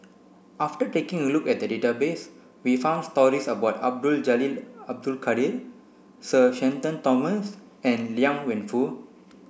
after taking a look at the database we found stories about Abdul Jalil Abdul Kadir Sir Shenton Thomas and Liang Wenfu